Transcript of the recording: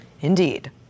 Indeed